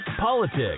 politics